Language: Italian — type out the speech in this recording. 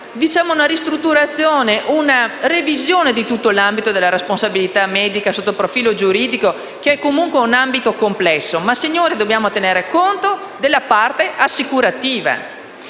venga una ristrutturazione, una revisione di tutto l'ambito della responsabilità medica sotto il profilo giuridico, che è comunque complesso, ma dobbiamo tener conto della parte assicurativa.